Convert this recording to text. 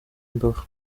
imbavu